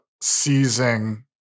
seizing